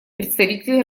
представитель